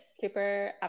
super